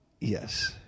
Yes